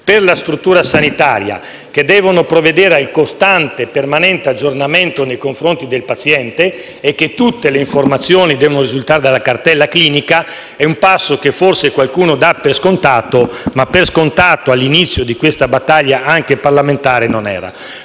per la struttura sanitaria che deve provvedere al costante e permanente aggiornamento nei confronti del paziente e che tutte le informazioni devono risultare dalla cartella clinica, è un passo che forse qualcuno dà per scontato, ma che all'inizio di questa battaglia anche parlamentare scontato